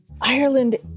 Ireland